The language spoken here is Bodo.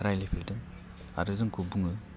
रायज्लायफेरदों आरो जोंखौ बुङो